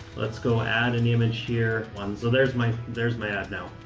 let's go add an image here on. so there's my there's my ad now.